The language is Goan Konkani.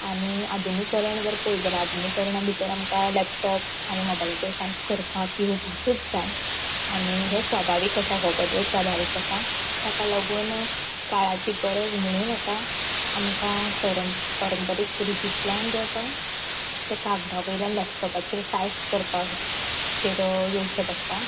आनी आधुनीकरण जर पळयत जाल्यार आधुनीकरणान आमकां लॅपटोप आनी मोबायलाचेर टायप करपाक येवपाकूच जाय आनी हें स्वभावीक आसा हो बदल स्वभावीक आसा ताका लागून काळाची गरज म्हणून आतां आमकां परंपारीक रितींतल्यान जें आसा तें कागदां वयल्यान लॅपटोपाचेर टायप करपाचेर येवचें पडटा